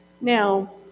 Now